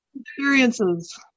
Experiences